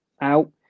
out